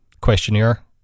questionnaire